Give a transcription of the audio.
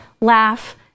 laugh